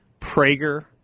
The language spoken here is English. Prager